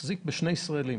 מחזיק בשני ישראלים.